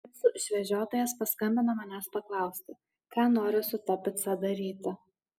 picų išvežiotojas paskambino manęs paklausti ką noriu su ta pica daryti